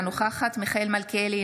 אינה נוכחת מיכאל מלכיאלי,